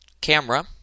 camera